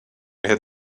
had